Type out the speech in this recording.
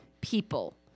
people